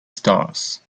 stars